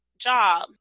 job